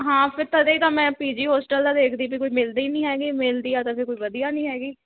ਹਾਂ ਫਿਰ ਤਦੇ ਤਾਂ ਮੈਂ ਪੀ ਜੀ ਹੋਸਟਲ ਦਾ ਦੇਖਦੀ ਵੀ ਕੋਈ ਮਿਲਦੇ ਹੀ ਨਹੀਂ ਹੈਗੇ ਮਿਲਦੀ ਆ ਤਾਂ ਫਿਰ ਕੋਈ ਵਧੀਆ ਨਹੀਂ ਹੈਗੀ